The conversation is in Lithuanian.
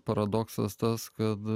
paradoksas tas kad